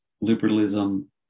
liberalism